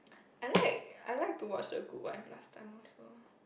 I like I like to watch the good wife last time also